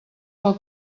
pel